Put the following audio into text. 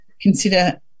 consider